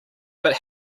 but